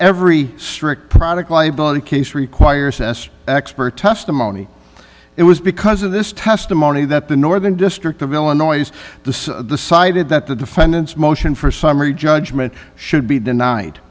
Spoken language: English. every strict product liability case requires expert testimony it was because of this testimony that the northern district of illinois to the cited that the defendant's motion for summary judgment should be